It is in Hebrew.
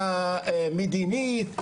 המדינית,